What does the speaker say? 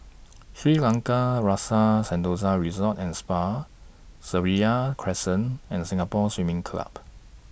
Shangri La's Rasa Sentosa Resort and Spa Seraya Crescent and Singapore Swimming Club